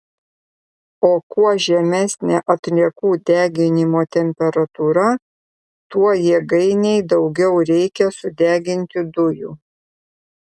o kuo žemesnė atliekų deginimo temperatūra tuo jėgainei daugiau reikia sudeginti dujų